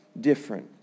different